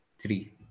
three